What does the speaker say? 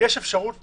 יש אפשרות